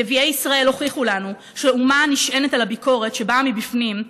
נביאי ישראל הוכיחו לנו שאומה נשענת על הביקורת שבאה מבפנים,